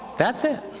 that's it.